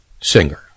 singer